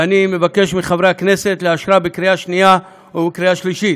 ואני מבקש מחברי הכנסת לאשרה בקריאה שנייה ובקריאה שלישית.